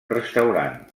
restaurant